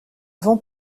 vent